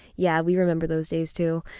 yeah, we remember those days too.